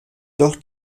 doch